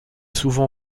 souvent